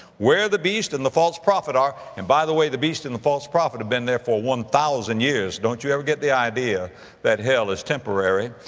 where the beast and the false prophet are. and, by the way, the beast and false prophet have been there for one thousand years. don't you ever get the idea that hell is temporary!